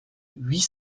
huit